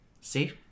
See